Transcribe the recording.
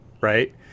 Right